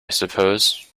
suppose